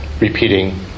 repeating